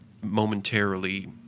momentarily